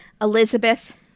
elizabeth